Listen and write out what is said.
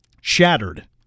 shattered